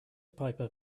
piper